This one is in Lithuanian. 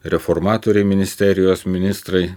reformatoriai ministerijos ministrai